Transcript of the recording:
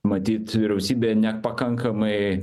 matyt vyriausybė nepakankamai